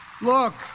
Look